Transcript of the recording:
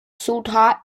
ceuta